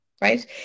right